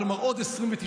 כלומר עוד 29%,